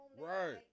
Right